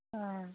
অঁ